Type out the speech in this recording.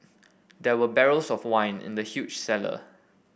there were barrels of wine in the huge cellar